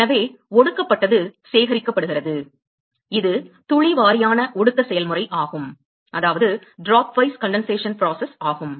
எனவே ஒடுக்கப்பட்டது சேகரிக்கப்படுகிறது இது துளி வாரியான ஒடுக்க செயல்முறை ஆகும்